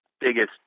biggest